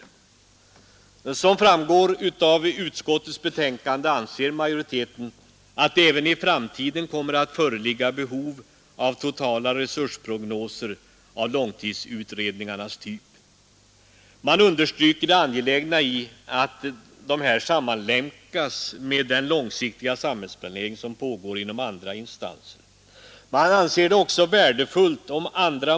ämda gränser för hur långt man kan gå i fråga om Som framgår av utskottets betänkande anser majoriteten att det även i framtiden kommer att föreligga behov av totala resursprognoser av långtidsutredningarnas typ. Man understryker det angelägna i att dessa sammanlänkas med den långsiktiga samhällsplanering som pågår inom värdefullt att andra målkonflikter andra instanser.